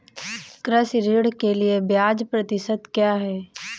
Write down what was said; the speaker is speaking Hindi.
कृषि ऋण के लिए ब्याज प्रतिशत क्या है?